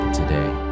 today